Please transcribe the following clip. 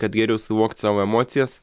kad geriau suvokt savo emocijas